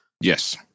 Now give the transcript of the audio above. Yes